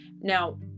Now